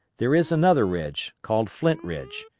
there is another ridge called flint ridge,